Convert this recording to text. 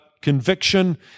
conviction